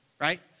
right